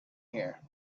here